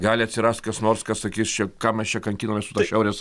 gali atsirast kas nors kas sakys čia ką mes čia kankinamės su ta šiaurės